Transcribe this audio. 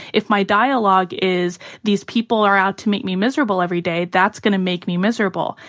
if my dialogue is these people are out to make me miserable every day, that's going to make me miserable.